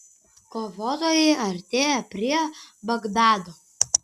kovotojai artėja prie bagdado